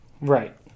Right